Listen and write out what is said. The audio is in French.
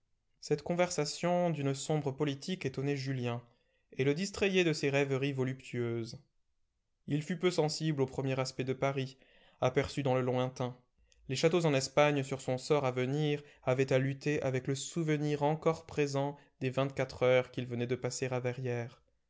cette conversation d'une sombre politique étonnait julien et le distrayait de ses rêveries voluptueuses il fut peu sensible au premier aspect de paris aperçu dans le lointain les châteaux en espagne sur son sort à venir avaient à lutter avec le souvenir encore présent des vingt-quatre heures qu'il venait de passer à verrières